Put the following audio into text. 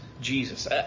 Jesus